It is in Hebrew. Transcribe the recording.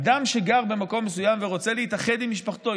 אדם שגר במקום מסוים ורוצה להתאחד עם משפחתו,